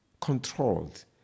controlled